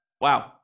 wow